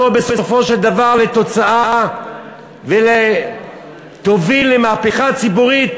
בסופו של דבר לתוצאה ותוביל למהפכה ציבורית,